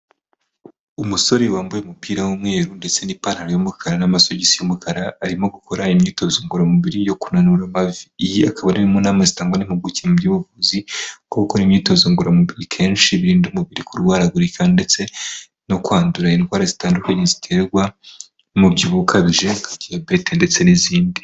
Umusore wambaye umupira w'umweru ndetse n'ipantaro y'umukara n'amasogisi y'umukara arimo gukora imyitozo ngororamubiri yo kunanura amavi, iyi akaba ari mu nama zitangwa n'impuguke mu by'ubuvuzi bwo gukora imyitozo ngororamubiri kenshi birinda umubiri kurwaragurika ndetse no kwandura indwara zitandukanye ziterwa n'umubyibuho ukabije nka diyabete ndetse n'izindi.